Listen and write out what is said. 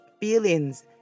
feelings